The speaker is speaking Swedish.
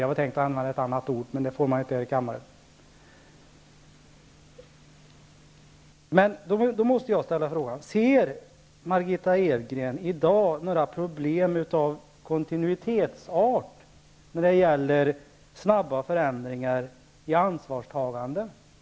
Jag hade tänkt använda ett helt annat ord, men det är inte tillåtet här i kammaren. Nu måste jag ställa frågan: Ser Margitta Edgren i dag några problem av kontinuitetsart när det gäller snabba förändringar i ansvarstagande?